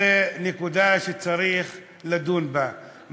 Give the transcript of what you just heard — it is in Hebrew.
זו נקודה שצריך לדון בה.